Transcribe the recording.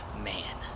man